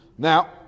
Now